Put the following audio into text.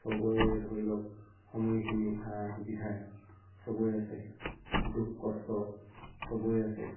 চবৰে ধৰি লওক সময়খিনি সা সুবিধা চবৰে আছে দুখ কষ্ট চবৰে আছে